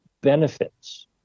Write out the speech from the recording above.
benefits